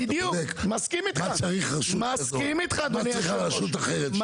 ואתה בודק מה צריכה רשות כזאת ומה צריכה רשות אחרת.